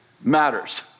matters